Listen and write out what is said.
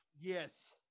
yes